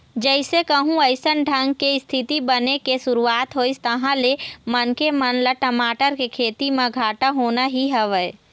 जइसे कहूँ अइसन ढंग के इस्थिति बने के शुरुवात होइस तहाँ ले मनखे मन ल टमाटर के खेती म घाटा होना ही हवय